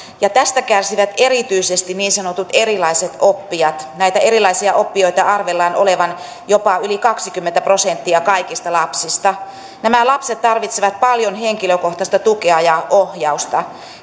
ja tästä kärsivät erityisesti niin sanotut erilaiset oppijat näitä erilaisia oppijoita arvellaan olevan jopa yli kaksikymmentä prosenttia kaikista lapsista nämä lapset tarvitsevat paljon henkilökohtaista tukea ja ohjausta